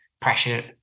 pressure